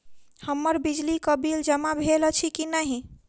हम्मर बिजली कऽ बिल जमा भेल अछि की नहि?